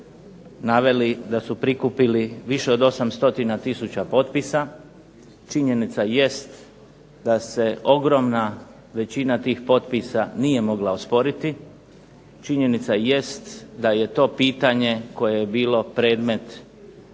naveli da su prikupili više od 8 stotina tisuća potpisa, činjenica jest da se ogromna većina tih potpisa nije mogla osporiti, činjenica jest da je to pitanje koje je bilo predmet